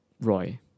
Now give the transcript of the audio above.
Roy